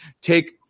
take